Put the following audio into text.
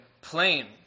plain